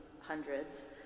hundreds